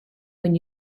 when